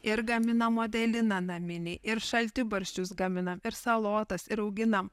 ir gaminam modeliną naminį ir šaltibarščius gaminam ir salotas ir auginam